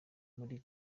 muri